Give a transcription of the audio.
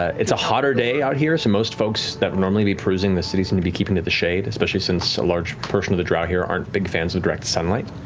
it's a hotter day out here so most folks that would normally be perusing the city seem to be keeping to the shade, especially since a large portion of the drow here aren't big fans of direct sunlight.